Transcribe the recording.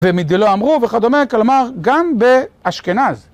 ומי דא לא אמרו וכדומה. כלומר גם באשכנז.